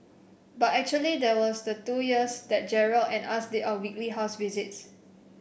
but actually there was the two years that Gerald and us did our weekly house visits